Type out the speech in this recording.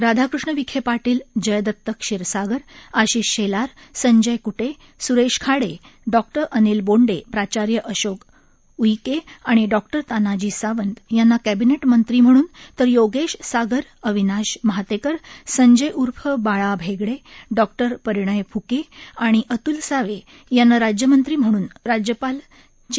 Radhakrishna Vikhe Patil Jaydatt Kshirsagar Ashish Shelar Sanjay Kute Suresh Khade doctor Anil Bonde प्राचार्य अशोक उईके आणि doctor Tanaji Sawant यांना कॅबिनेट मंत्री म्हणून तर योगेश सागर अविनाश महातेकर संजय उर्फ बाळा भेगडे डॉक्टर परिणय फ्के आणि अतूल सावे यांना राज्यमंत्री म्हणून राज्यपाल सी